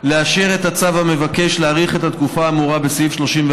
לאשר את הצו המבקש להאריך את התקופה האמורה בסעיף 34(א)